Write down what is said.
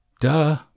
Duh